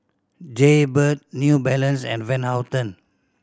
Jaybird New Balance and Van Houten